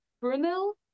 Brunel